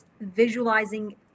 visualizing